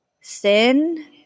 Sin